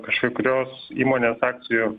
už kažkurios įmonės akcijų